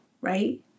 right